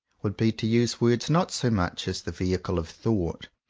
would be to use words not so much as the vehicle of thought,